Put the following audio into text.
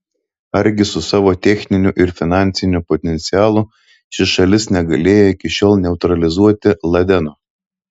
argi su savo techniniu ir finansiniu potencialu ši šalis negalėjo iki šiol neutralizuoti ladeno